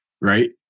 right